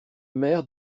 maire